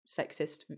sexist